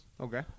Okay